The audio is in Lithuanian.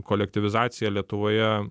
kolektyvizacija lietuvoje